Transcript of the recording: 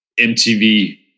mtv